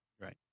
right